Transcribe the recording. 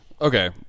Okay